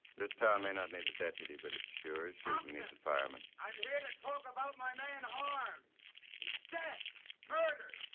this town may not need a deputy, but it sure sure needs a fireman. i'm here to talk about my man. ah it's death, murder.